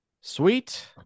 sweet